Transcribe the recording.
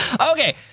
Okay